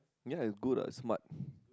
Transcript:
ya it's good ah smart